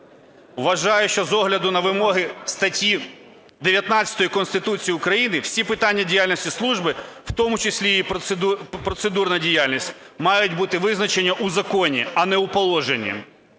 Вважаю, що з огляду на вимоги статті 19 Конституції України, всі питання діяльності служби, в тому числі і процедурна діяльність, мають бути визначені у законі, а не у положенні,